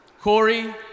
Corey